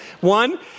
one